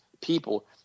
people